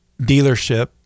dealership